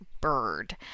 bird